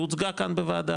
והיא הוצגה כאן בוועדה,